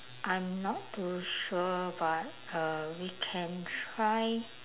I'm not too sure but uh we can try